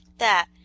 that,